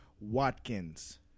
Watkins